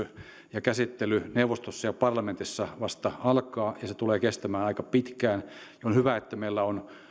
ja käsittely neuvostossa ja parlamentissa vasta alkaa ja se tulee kestämään aika pitkään on hyvä että meillä on